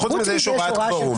חוץ מזה יש הוראת קוורום.